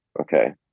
Okay